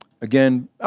again